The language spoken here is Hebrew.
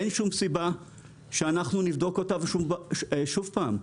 אין שום סיבה שאנחנו נבדוק אותם שוב פעם.